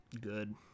good